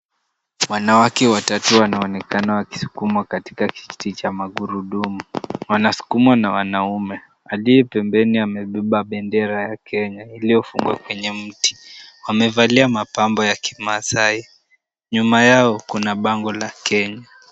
Wanawake watatu wanaonekana wakisukumwa katika kiti cha magurudumu. Wanasukumwa na wanaume. Aliye pembeni amebeba bendera ya Kenya iliyofungwa kwenye mti. Wamevalia mapambo ya kimasai. Nyuma yao kuna bango la Kenya.